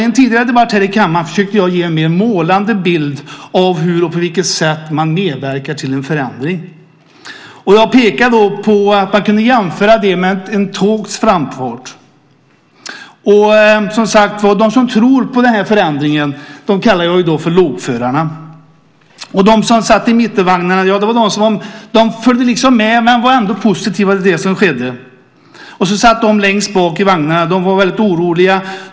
I en tidigare debatt här i kammaren försökte jag ge en mera målande bild av på vilket sätt man medverkar till en förändring. Jag pekade då på jämförelsen med ett tågs framfart. De som tror på den här förändringen kallar jag för lokförarna. De som satt i mittenvagnarna följde liksom bara med men var positiva till det som skedde. De som satt längst bak i vagnarna var väldigt oroliga.